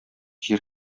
җир